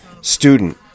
student